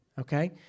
okay